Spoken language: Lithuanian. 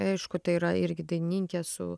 aišku tai yra irgi dainininkė su